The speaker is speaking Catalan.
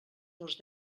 dels